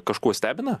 kažkuo stebina